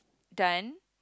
done